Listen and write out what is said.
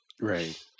Right